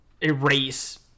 erase